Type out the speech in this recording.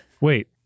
Wait